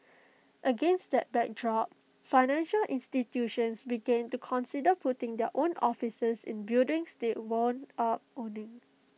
against that backdrop financial institutions began to consider putting their own offices in buildings they wound up owning